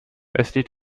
östlich